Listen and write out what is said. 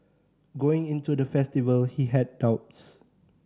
going into the festival he had doubts